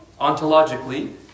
ontologically